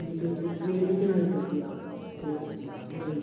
यह तो फिर इतना ही सब्ज़ियाँ उगती हैं और भी